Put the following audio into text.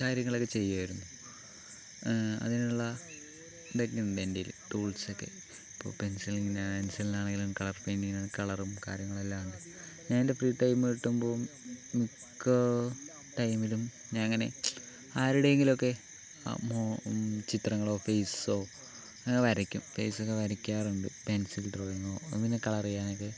കാര്യങ്ങളൊക്കെ ചെയ്യുമായിരുന്നു അതിനുള്ള ഇതൊക്കെ ഉണ്ടെൻ്റെ കയ്യില് ടൂൾസൊക്കെ ഇപ്പോൾ പെൻസിലിങ്ങിൻ്റെ ആണെങ്കിലും കളർ പെയിൻറിങിന് കളറൂം കാര്യങ്ങളെല്ലാം ഉണ്ട് ഞാനെൻ്റെ ഫ്രീ ടൈം കിട്ടുമ്പോൾ മിക്ക ടൈമിലും ഞാൻ ഇങ്ങനെ ആരുടെയെങ്കിലും ഒക്കെ ചിത്രങ്ങളോ ഫേസ്സൊ വരയ്ക്കും ഫെയ്സ് ഒക്കെ വരയ്ക്കാറുണ്ട് പെൻസിൽ ഡ്രോയിങ്ങോ കളറ് ചെയ്യാനൊക്കെ